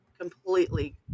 completely